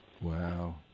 Wow